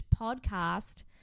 Podcast